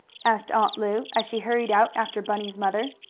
asked aunt lu, as she hurried out after bunny's mother.